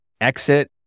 exit